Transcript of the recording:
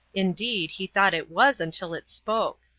indeed, he thought it was until it spoke.